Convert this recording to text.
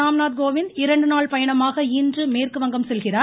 ராம்நாத் கோவிந்த் இரண்டு நாள் பயணமாக இன்று மேற்குவங்கம் செல்கிறார்